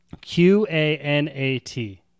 Q-A-N-A-T